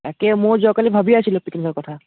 তাকে মোও যোৱা কালি ভাবি আছিলোঁ পিকনিকৰ কথা